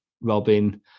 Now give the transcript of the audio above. robin